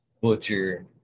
butcher